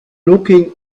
looking